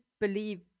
believe